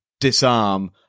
disarm